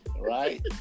right